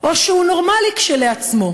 או שהוא נורמלי כשלעצמו,